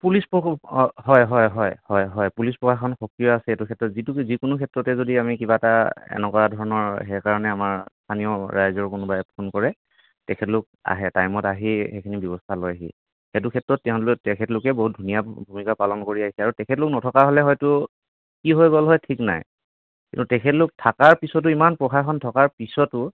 police অঁ হয় হয় হয় হয় পুলিচ প্ৰশাসনে সক্ৰিয় আছে সেইটো ক্ষেত্ৰত যিটো যিকোনো ক্ষেত্ৰতে যদি আমি কিবা এটা এনেকুৱা ধৰণৰ সেইকাৰণে আমাৰ স্থানীয় ৰাইজৰ কোনোবাই ফোন কৰে তেখেতলোক আহে টাইমত আহি সেইখিনি ব্যৱস্থা লয়হি সেইটো ক্ষেত্ৰত তেওঁলোকে তেখেতলোকে বহুত ধুনীয়া ভূমিকা পালন কৰি আহিছে আৰু তেখেতলোক নথকা হ'লে হয়টো কি হয় গ'ল হয় ঠিক নাই কিন্তু তেখেতলোক থকাৰ পিছতো ইমান প্ৰশাসন থকাৰ পিছতো